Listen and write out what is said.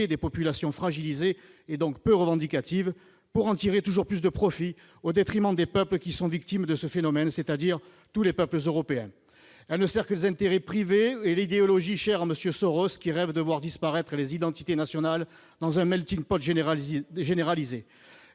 des populations fragilisées et donc peu revendicatives pour en tirer toujours plus de profits, au détriment des peuples qui sont victimes de ce phénomène, c'est-à-dire de tous les peuples européens. L'immigration ne sert que des intérêts privés et l'idéologie chère à M. Soros, qui rêve de voir disparaître les identités nationales dans un melting-pot généralisé.